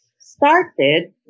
started